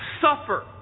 Suffer